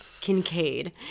Kincaid